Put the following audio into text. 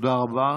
תודה רבה.